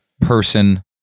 person